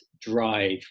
drive